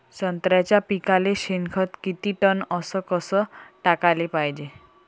संत्र्याच्या पिकाले शेनखत किती टन अस कस टाकाले पायजे?